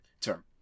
term